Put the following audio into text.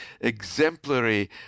exemplary